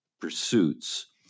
pursuits